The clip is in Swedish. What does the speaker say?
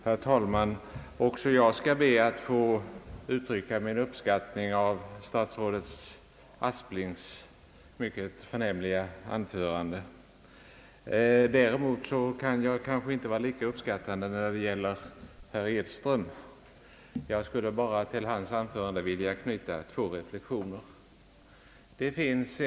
Herr talman! Också jag skall be att få uttrycka min uppskattning av statsrådet Asplings mycket förnämliga anförande. Däremot kan jag nog inte vara lika uppskattande när det gäller herr Edström. Jag skulle bara vilja knyta två reflexioner till hans anförande.